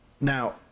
Now